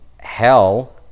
hell